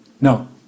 No